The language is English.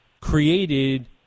created